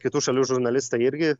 kitų šalių žurnalistai irgi